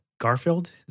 Garfield